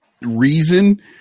reason